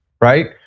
right